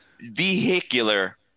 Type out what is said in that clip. vehicular